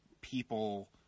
people